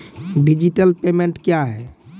Digital payment क्या हैं?